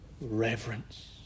reverence